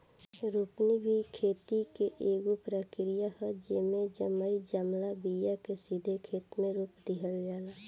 रोपनी भी खेती के एगो प्रक्रिया ह, जेइमे जरई जमाल बिया के सीधे खेते मे रोप दिहल जाला